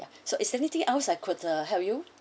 ya so is there anything else I could uh help you